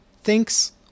thinks